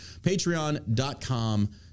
Patreon.com